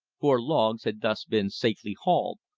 four logs had thus been safely hauled.